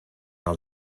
als